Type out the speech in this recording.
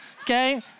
okay